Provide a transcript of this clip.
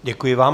Děkuji vám.